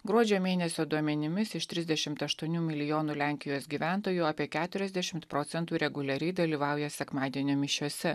gruodžio mėnesio duomenimis iš trisdešimt aštuonių milijonų lenkijos gyventojų apie keturiasdešimt procentų reguliariai dalyvauja sekmadienio mišiose